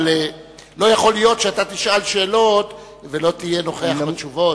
אבל לא יכול להיות שאתה תשאל שאלות ולא תהיה נוכח בתשובות.